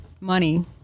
money